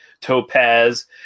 Topaz